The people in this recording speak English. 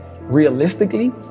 realistically